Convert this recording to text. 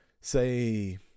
say